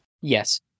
yes